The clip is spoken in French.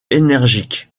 énergique